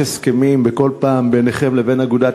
אם יש הסכמים בכל פעם ביניכם לבין אגודת